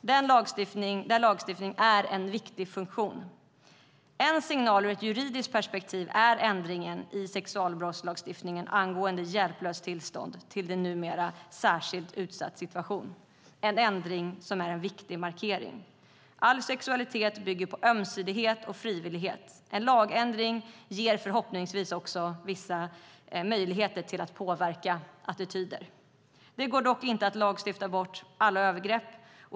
Den lagstiftande funktionen är viktig. En signal ur ett juridiskt perspektiv är ändringen i sexualbrottslagstiftningen från "hjälplöst tillstånd" till numera "särskilt utsatt situation". Den ändringen är en viktig markering. All sexualitet bygger på ömsesidighet och frivillighet. En lagändring ger förhoppningsvis vissa möjligheter att påverka attityder. Det går dock inte att lagstifta bort alla övergrepp.